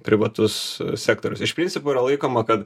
privatus sektorius iš principo yra laikoma kad